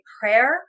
prayer